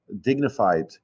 dignified